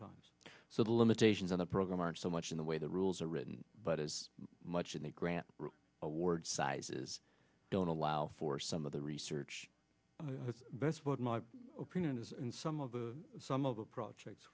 times so the limitations on the program are so much in the way the rules are written but as much in the grant award sizes don't allow for some of the research best but my opinion is in some of the some of the projects